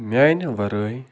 میٛانہِ وَرٲے